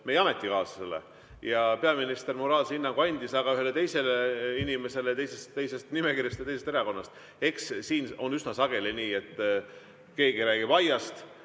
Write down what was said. meie ametikaaslasele. Ja peaminister moraalse hinnangu andis, aga ühele teisele inimesele teisest nimekirjast, teisest erakonnast. Eks siin on üsna sageli nii, et keegi räägib aiast,